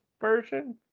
version